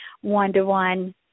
one-to-one